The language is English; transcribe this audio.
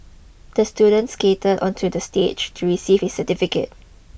the student skated onto the stage to receive his certificate